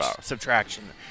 subtraction